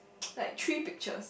like three picture